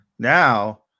Now